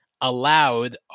Allowed